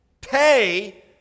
Pay